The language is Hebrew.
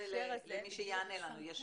למי שיענה לנו.